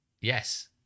Yes